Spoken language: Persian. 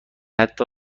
حتی